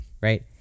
Right